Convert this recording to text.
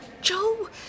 Joe